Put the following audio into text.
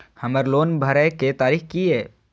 हमर लोन भरए के तारीख की ये?